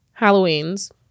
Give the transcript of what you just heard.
Halloweens